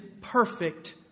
perfect